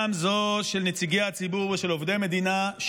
גם זו של נציגי הציבור ועובדי המדינה.